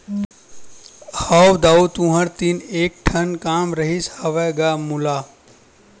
हव दाऊ तुँहर तीर एक ठन काम रिहिस हवय गा मोला